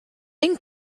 ein